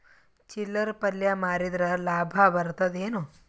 ಚಿಲ್ಲರ್ ಪಲ್ಯ ಮಾರಿದ್ರ ಲಾಭ ಬರತದ ಏನು?